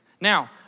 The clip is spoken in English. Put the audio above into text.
Now